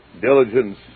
diligence